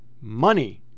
money